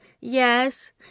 Yes